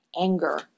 anger